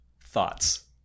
Thoughts